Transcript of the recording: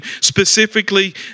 specifically